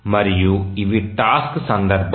మరియు ఇవి టాస్క్ సందర్భాలు